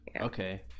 Okay